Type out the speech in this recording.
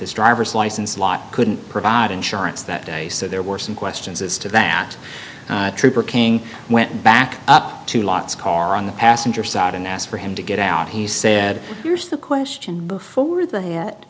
his driver's license lot couldn't provide insurance that day so there were some questions as to that trooper king went back up to lots of car on the passenger side and asked for him to get out he said here's the question before th